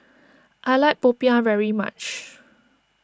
I like Popiah very much